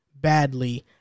badly